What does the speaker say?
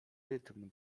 rytm